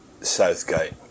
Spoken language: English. Southgate